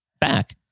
back